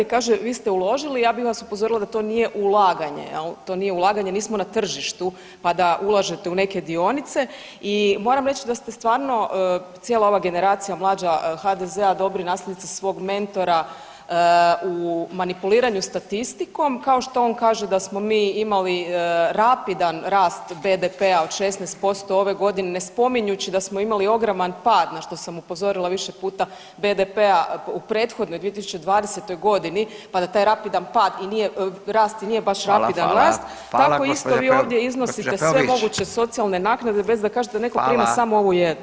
Kaže vi ste uložili ja bi vas upozorila da to nije ulaganje jel, to nije ulaganje nismo na tržištu pa da ulažete u neke dionice i moram reći da ste stvarno, cijela ova generacija mlađa HDZ-a dobri nasljednici svog mentora u manipuliranju statistikom kao što on kaže da smo mi imali rapidan rast BDP-a od 16% ove godine ne spominjući da smo imali ogroman na što sam upozorila više puta, BDP-a u prethodnoj 2020. pa taj rapidan pad i nije, rast i nije baš rapidan rast [[Upadica: Hvala, hvala.]] tako isto i vi ovdje iznosite [[Upadica: Gospođa Peović.]] sve moguće socijalne naknade bez da kažete da netko prima samo ovu jednu.